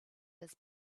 his